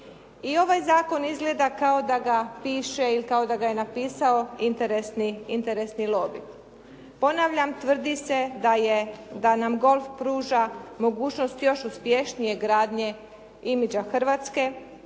I ovaj zakon izgleda kao da piše ili kao da ga je napisao interesni lobij. Ponavljam tvrdi se da je, da nam golf pruža mogućnost još uspješnije gradnje imidža Hrvatske,